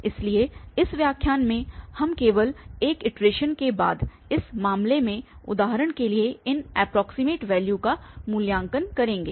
इसलिए इस व्याख्यान में हम केवल एक इटरेशन के बाद इस मामले में उदाहरण के लिए इन एप्रोक्सीमेट वैल्यूस का मूल्यांकन करेंगे